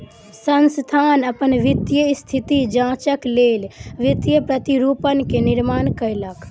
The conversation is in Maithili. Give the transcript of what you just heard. संस्थान अपन वित्तीय स्थिति जांचक लेल वित्तीय प्रतिरूपण के निर्माण कयलक